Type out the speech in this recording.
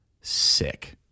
sick